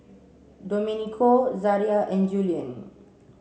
Domenico Zaria and Julian